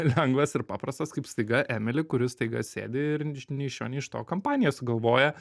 lengvas ir paprastas kaip staiga emili kuri staiga sėdi ir iš nei iš šio nei iš to kompaniją sugalvoja